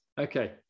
okay